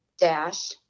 dash